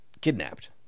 kidnapped